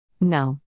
No